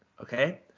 Okay